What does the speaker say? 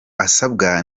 asabwa